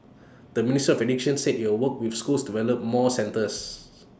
the ministry of education said IT will work with schools to develop more centres